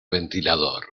ventilador